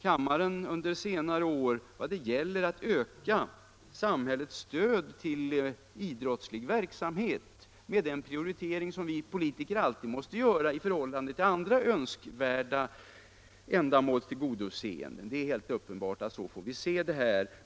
kammaren under senare år när det gäller att öka samhällets stöd till idrottslig verksamhet, med den prioritering som vi politiker alltid måste göra i förhållande till andra önskvärda ändamåls tillgodoseende; det är helt uppenbart att det är så vi får se det här.